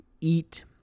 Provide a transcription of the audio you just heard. eat